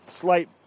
slight